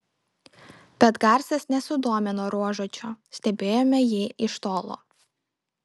bet garsas nesudomino ruožuočio stebėjome jį iš tolo